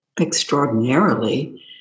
extraordinarily